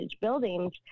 buildings